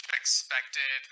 expected